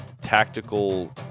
tactical